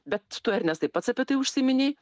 bet tu ernestai pats apie tai užsiminei